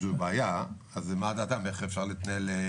זו בעיה, אז מה דעתם, איך אפשר להתנהל?